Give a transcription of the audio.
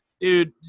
dude